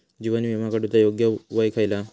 जीवन विमा काडूचा योग्य वय खयला?